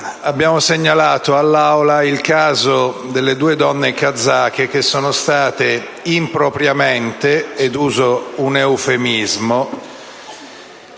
abbiamo segnalato all'Aula il caso delle due donne kazake che sono state impropriamente - e uso un eufemismo